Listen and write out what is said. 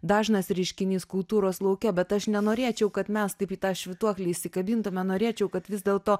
dažnas reiškinys kultūros lauke bet aš nenorėčiau kad mes taip į tą švytuoklę įsikabintume norėčiau kad vis dėlto